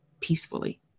peacefully